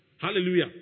Hallelujah